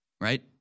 right